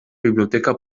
biblioteca